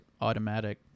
automatic